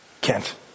Kent